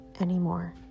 anymore